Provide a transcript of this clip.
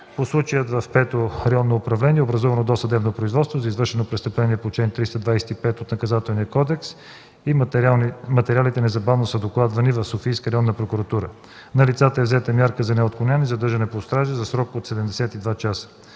По случая в Пето районно управление е образувано досъдебно производство за извършено престъпление по чл. 325 от Наказателния кодекс и материалите незабавно са докладвани в Софийска районна прокуратура. На лицата е взета мярка за неотклонение задържане под стража за срок от 72 часа.